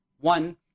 One